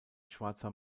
schwarzer